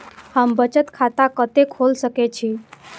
हम बचत खाता कते खोल सके छी?